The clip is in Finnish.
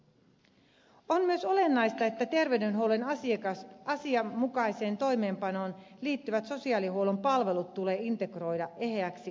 on myös olennaista että terveydenhuollon asianmukaiseen toimeenpanoon liittyvät sosiaalihuollon palvelut tulee integroida eheäksi palvelukokonaisuudeksi